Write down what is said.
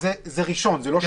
זה ראשון, זה לא שני.